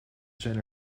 zijn